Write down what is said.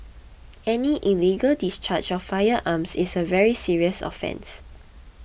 any illegal discharge of firearms is a very serious offence